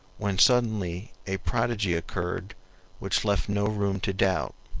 when suddenly a prodigy occurred which left no room to doubt.